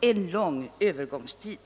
en lång övergångstid.